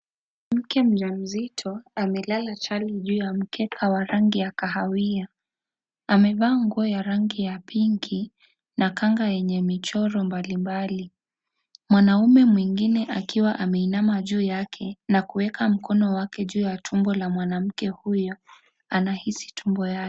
Mke mjamzito amelala chali juu ya mkeka wa rangi ya kahawia ,amevaa nguo ya rangi ya pinki na kanga yenye michoro mbalimbali . Mwanaume mwingine akiwa ameinama juu yake na kuweka mkono wake juu ya tumbo la mwanamke huyo, anahisi tumbo yake.